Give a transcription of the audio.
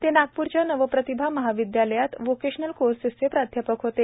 ते नागपूरच्या नावप्रतिभा महाविद्यालयात ते व्हॉकेशनल कोर्सेस चे प्राध्यापक होते